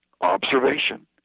Observation